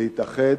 להתאחד,